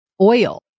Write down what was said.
oil